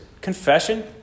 Confession